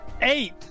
Eight